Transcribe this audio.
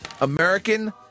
American